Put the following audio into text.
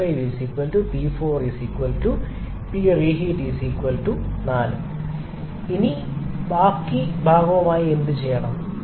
𝑃5 𝑃4 𝑃𝑟𝑒ℎ𝑒𝑎𝑡 ≈ 4 ഇനി ബാക്കി ഭാഗവുമായി എന്തുചെയ്യണം